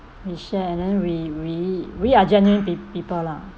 we share and then we we we are genuine pe~ people lah